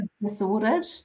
Disordered